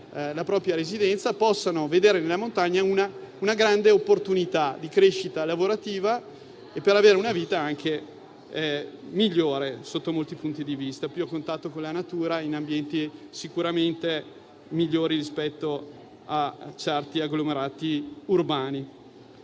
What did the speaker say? la propria residenza) possa vedere nella montagna stessa una grande opportunità di crescita lavorativa e avere anche una vita migliore sotto molti punti di vista, più a contatto con la natura, in ambienti sicuramente migliori rispetto a certi agglomerati urbani.